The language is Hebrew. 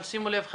אבל שימו לב,